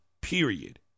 period